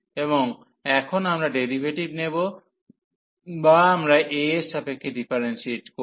এবং এখন আমরা ডেরিভেটিভটি নেব বা আমরা a এর সাপেক্ষে ডিফারেন্সিয়েট করব